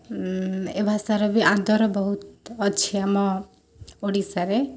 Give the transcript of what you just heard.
ଏ ଭାଷାର ବି ଆଦର ବହୁତ ଅଛି ଆମ ଓଡ଼ିଶାରେ